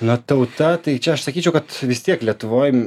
na tauta tai čia aš sakyčiau kad vis tiek lietuvoj